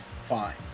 fine